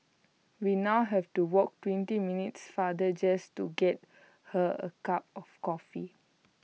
we now have to walk twenty minutes farther just to get her A cup of coffee